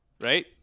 right